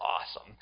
awesome